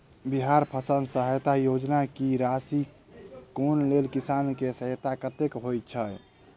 बिहार फसल सहायता योजना की राशि केँ लेल किसान की राशि कतेक होए छै?